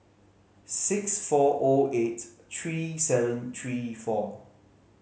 six four O eight three seven three four